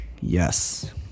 Yes